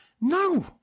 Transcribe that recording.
No